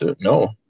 no